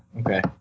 Okay